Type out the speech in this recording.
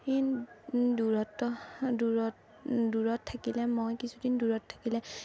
দিন দূৰত্ব দূৰত দূৰত থাকিলে মই কিছুদিন দূৰত থাকিলে